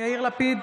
יאיר לפיד,